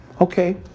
Okay